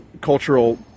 cultural